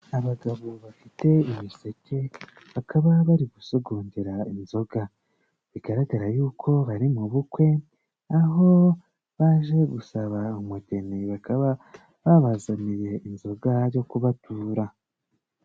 Abagabo bafite ibiseke bakaba bari gusogongera inzoga bigaragara yuko bari mu bukwe aho baje gusaba umugeni bakaba babazaniye inzoga yo kubatura.